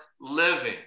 living